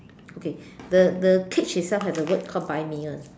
okay the the peach itself has a word called buy me [one]